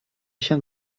się